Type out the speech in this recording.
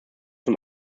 zum